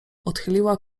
odchyliła